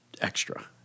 extra